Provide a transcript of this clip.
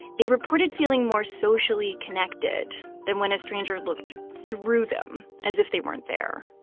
they reported feeling more socially connected than when a stranger looked through them as if they weren't there